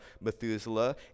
Methuselah